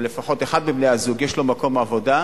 או לפחות אחד מבני-הזוג יש לו מקום עבודה,